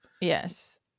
Yes